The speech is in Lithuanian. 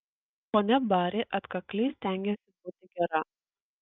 ponia bari atkakliai stengėsi būti gera